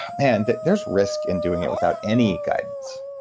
man there's risk in doing it without any guidance.